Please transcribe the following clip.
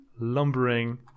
lumbering